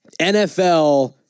NFL